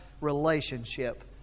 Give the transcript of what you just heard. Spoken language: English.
relationship